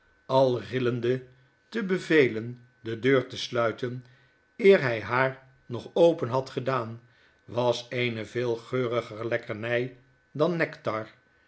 al rillende te bevelen de deur te sluiten eer hy haar nog open had gedaan was eene veel geuriger lekkerny dan nectar